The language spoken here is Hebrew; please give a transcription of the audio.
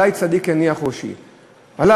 עלי צדיק יניח ראשו, עלי.